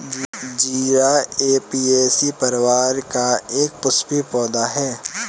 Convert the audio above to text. जीरा ऍपियेशी परिवार का एक पुष्पीय पौधा है